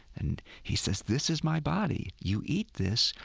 and he says, this is my body. you eat this,